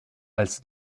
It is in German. als